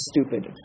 stupid